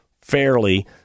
fairly